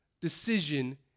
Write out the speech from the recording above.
decision